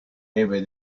every